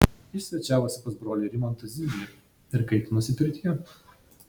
jis svečiavosi pas brolį rimantą zimblį ir kaitinosi pirtyje